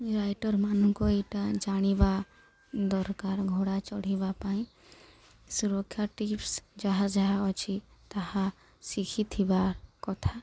Writer ମାନଙ୍କୁ ଏଇଟା ଜାଣିବା ଦରକାର ଘୋଡ଼ା ଚଢ଼ିବା ପାଇଁ ସୁରକ୍ଷା ଟିପ୍ସ ଯାହା ଯାହା ଅଛି ତାହା ଶିଖିଥିବା କଥା